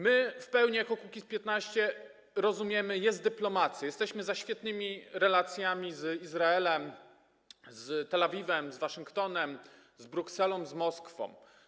My w pełni jako Kukiz’15 rozumiemy, że jest dyplomacja, jesteśmy za świetnymi relacjami z Izraelem, z Tel Awiwem, z Waszyngtonem, z Brukselą, z Moskwą.